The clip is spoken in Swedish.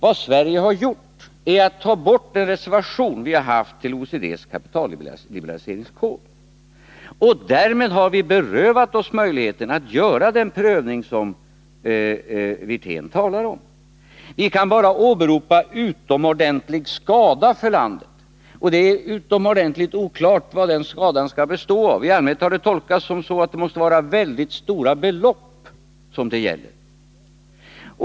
Vad Sverige gjort är nämligen att man tagit bort den reservation vi haft till OECD:s kapitalliberaliseringskod. Därmed har vi berövat oss möjligheten att göra den prövning som Rolf Wirtén talar om. Vi kan bara åberopa utomordentlig skada för landet, och det är utomordentligt oklart vad den skadan skall bestå av. I allmänhet har det tolkats så, att det måste gälla väldigt stora belopp.